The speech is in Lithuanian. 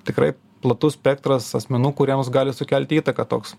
tikrai platus spektras asmenų kuriems gali sukelti įtaką toks